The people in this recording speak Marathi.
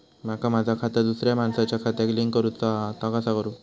माका माझा खाता दुसऱ्या मानसाच्या खात्याक लिंक करूचा हा ता कसा?